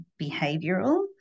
behavioural